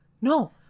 no